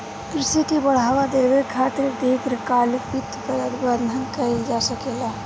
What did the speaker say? कृषि के बढ़ावा देबे खातिर दीर्घकालिक वित्त प्रबंधन कइल जा सकेला